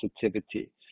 sensitivity